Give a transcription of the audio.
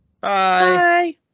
Bye